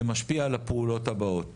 זה משפיע על הפעולות הבאות.